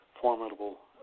Formidable